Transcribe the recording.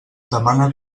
demana